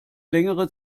längere